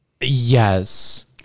Yes